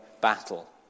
battle